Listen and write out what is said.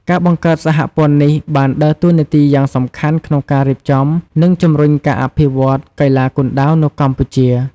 ការបង្កើតសហព័ន្ធនេះបានដើរតួនាទីយ៉ាងសំខាន់ក្នុងការរៀបចំ និងជំរុញការអភិវឌ្ឍកីឡាគុនដាវនៅកម្ពុជា។